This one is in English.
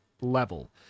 level